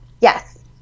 Yes